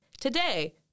Today